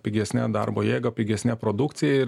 pigesne darbo jėga pigesne produkcija ir